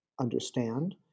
understand